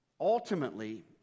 Ultimately